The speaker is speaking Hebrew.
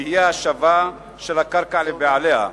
תהיה השבה של הקרקע לבעליה.